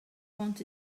want